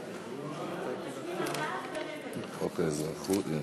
שבו הוכח כי אזרחותו של